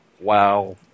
Wow